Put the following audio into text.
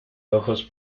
ojos